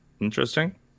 interesting